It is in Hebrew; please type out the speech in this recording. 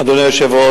אדוני היושב-ראש,